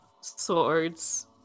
swords